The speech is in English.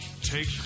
Take